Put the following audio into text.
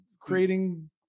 creating